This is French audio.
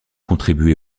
contribué